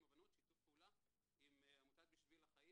באובדנות שיתוף פעולה עם עמותת "בשביל החיים".